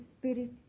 spirit